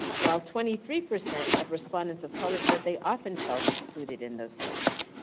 while twenty three percent of respondents of color said they often felt excluded in those settings.